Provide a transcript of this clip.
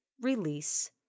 release